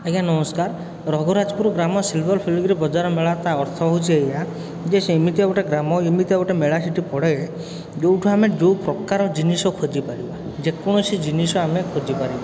ଆଜ୍ଞା ନମସ୍କାର ରଘୁରାଜପୁର ଗ୍ରାମ ସିଲଭର ଫିଲିଗ୍ରୀ ବଜାର ମେଳା ତା' ଅର୍ଥ ହେଉଛି ଏଇୟା ଯେ ସେ ଏମିତିଆ ଗୋଟେ ଗ୍ରାମ ଏମିତିଆ ଗୋଟେ ମେଳା ସେଇଠି ପଡ଼େ ଯେଉଁଠୁ ଆମେ ଯେଉଁପ୍ରକାର ଜିନିଷ ଖୋଜିପାରିବା ଯେକୌଣସି ଜିନିଷ ଆମେ ଖୋଜିପାରିବା